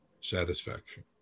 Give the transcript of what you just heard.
satisfaction